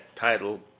title